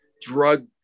drug